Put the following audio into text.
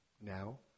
now